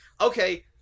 Okay